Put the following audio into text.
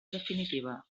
definitiva